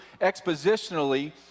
expositionally